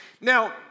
Now